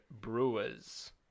Brewers